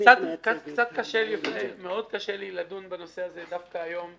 קשה לי מאוד לדון בנושא הזה דווקא היום,